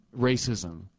racism